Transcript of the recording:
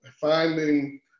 finding